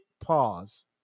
pause